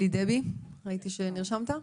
אלי דבי, ראיתי שנרשמת,